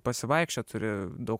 pasivaikščiot turi daug